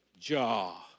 jaw